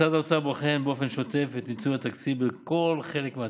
משרד האוצר בוחן באופן שוטף את ניצול התקציב בכל חלק בתוכנית.